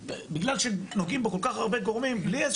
בגלל שנוגעים בו כל כך הרבה גורמים בלי איזה